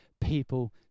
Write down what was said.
People